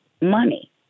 money